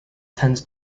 tends